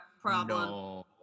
problem